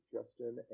Justin